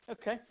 Okay